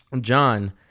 John